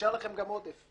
ויישאר לכם גם עודף.